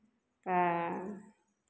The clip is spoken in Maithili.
अऽ